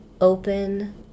open